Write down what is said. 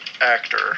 actor